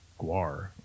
Guar